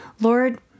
Lord